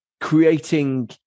creating